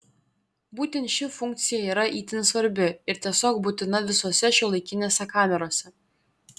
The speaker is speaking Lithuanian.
būtent ši funkcija yra itin svarbi ir tiesiog būtina visose šiuolaikinėse kamerose